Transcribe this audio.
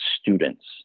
students